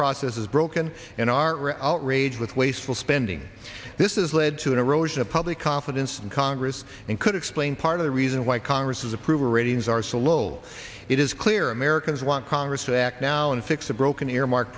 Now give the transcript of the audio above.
process is broken in our outrage with wasteful spending this is led to an erosion of public confidence in congress and could explain part of the reason why congress approval ratings are so low it is clear americans want congress to act now and fix a broken earmark